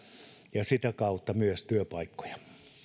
ja sitä kautta myös työpaikkoja